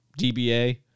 dba